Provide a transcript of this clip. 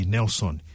Nelson